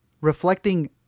reflecting